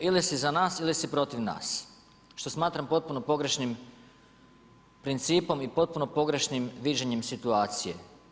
Ili si za nas ili si protiv nas što smatram potpuno pogrešnim principom i potpuno pogrešnim viđenjem situacije.